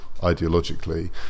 ideologically